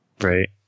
Right